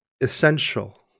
essential